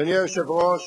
אדוני היושב-ראש,